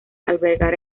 albergar